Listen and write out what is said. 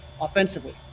offensively